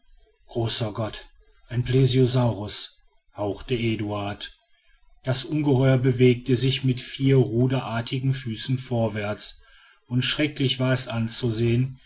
großer gott ein plesiosaurus hauchte eduard das ungeheuer bewegte sich mit vier ruderartigen füßen vorwärts und schrecklich war es anzusehen